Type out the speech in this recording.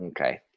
okay